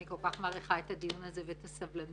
אני כל כך מעריכה את הדיון הזה ואת הסבלנות